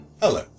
Hello